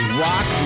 rock